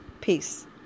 Peace